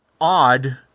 odd